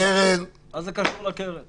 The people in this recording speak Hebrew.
מה זה קשור לקרן?